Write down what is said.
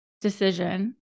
decision